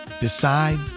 decide